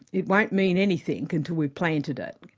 it won't mean anything until we've planted it,